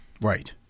Right